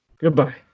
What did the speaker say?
Goodbye